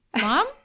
Mom